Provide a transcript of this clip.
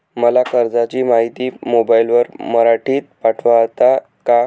मला कर्जाची माहिती मोबाईलवर मराठीत पाठवता का?